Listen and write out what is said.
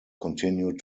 continued